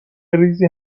ریزی